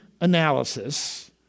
analysis